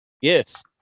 Yes